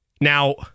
Now